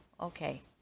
okay